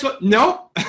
no